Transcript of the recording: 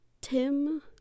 tim